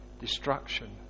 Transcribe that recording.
destruction